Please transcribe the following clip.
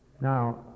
Now